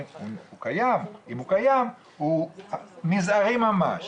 אם הוא קיים, הוא מזערי ממש